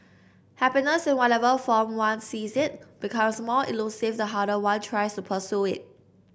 happiness in whatever form one sees it becomes more elusive the harder one tries to pursue it